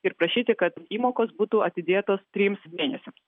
ir prašyti kad įmokos būtų atidėtos trims mėnesiams